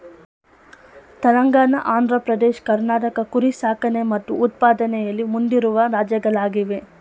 ತೆಲಂಗಾಣ ಆಂಧ್ರ ಪ್ರದೇಶ್ ಕರ್ನಾಟಕ ಕುರಿ ಸಾಕಣೆ ಮತ್ತು ಉತ್ಪಾದನೆಯಲ್ಲಿ ಮುಂದಿರುವ ರಾಜ್ಯಗಳಾಗಿವೆ